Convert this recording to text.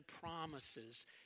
promises